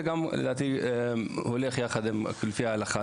זה גם לדעתי הולך יחד לפי ההלכה,